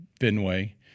Fenway